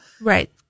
Right